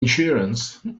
insurance